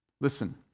Listen